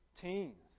Teens